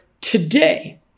today